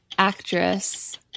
Actress